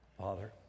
Father